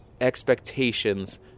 expectations